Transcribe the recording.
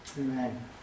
Amen